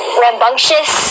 rambunctious